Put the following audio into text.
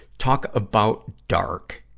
talk about dark.